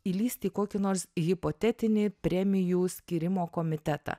įlįsti į kokį nors hipotetinį premijų skyrimo komitetą